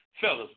fellas